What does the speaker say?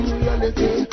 reality